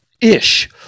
ish